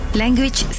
language